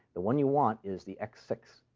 the one you want is the x six.